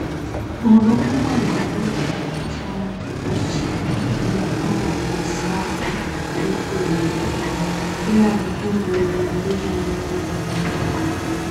Lundo kubwa la ndizi za kijani kibichi ,zimepangwa kwa safu ndefu yenye hadhi. Kila luvundo lina ndizi nyingi ndogo ndogo.